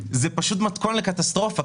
זה פשוט מתכון לקטסטרופה,